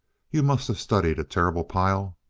you must of studied a terrible pile.